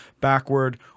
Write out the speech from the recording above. backward